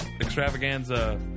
extravaganza